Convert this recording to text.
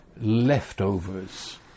leftovers